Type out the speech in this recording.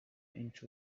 inch